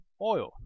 oil